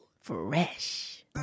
Fresh